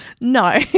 no